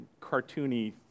cartoony